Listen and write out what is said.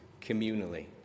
communally